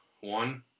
One